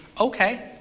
okay